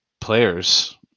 players